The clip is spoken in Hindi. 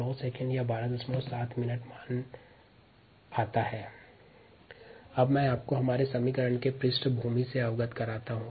t m rnet 120001575 7619 s or 127 min अब मैं आपको हमारे समीकरण के पृष्ठभूमि से अवगत करता हूँ